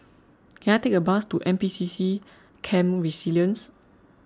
can I take a bus to N P C C Camp Resilience